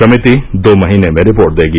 समिति दो महीने में रिपोर्ट देगी